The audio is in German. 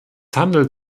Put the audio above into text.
handelt